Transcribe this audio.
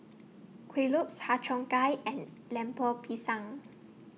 Kueh Lopes Har Cheong Gai and Lemper Pisang